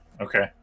okay